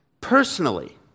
personally